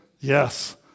Yes